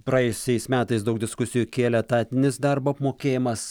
praėjusiais metais daug diskusijų kėlė etatinis darbo apmokėjimas